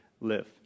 live